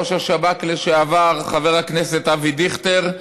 ראש השב"כ לשעבר חבר הכנסת אבי דיכטר,